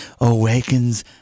awakens